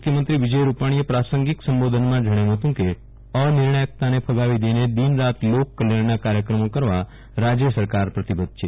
મુખ્યમંત્રી વિજય રૂપાજીએ પ્રાસંગીક સંબોધનમાં જજ્ઞાવ્યું હતું કે અનિર્ણાયકતાને ફગાવી દઈને દિન રાત લોક કલ્યાજ્ઞના કાર્યક્રમો કરવા રાજય સરકાર પ્રતિબધ્ધ છે